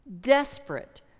Desperate